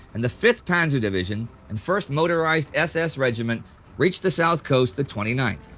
and the fifth panzer division and first motorized ss regiment reach the south coast the twenty ninth,